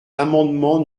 l’amendement